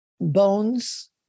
bones